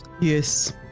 Yes